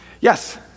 Yes